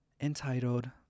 entitled